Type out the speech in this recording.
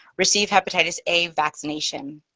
receive hepatitis a vaccination.